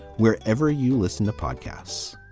wherever you listen to podcasts